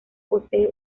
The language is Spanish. posee